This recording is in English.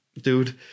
dude